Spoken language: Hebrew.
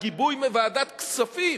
הגיבוי מוועדת הכספים,